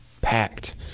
packed